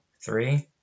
Three